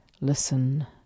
listen